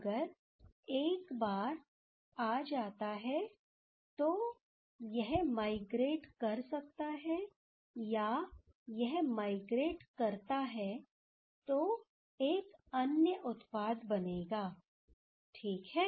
अगर एक बार आ जाता है तो यह माइग्रेट कर सकता है या यह माइग्रेट करता है तो एक अन्य उत्पाद बनेगा ठीक है